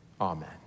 Amen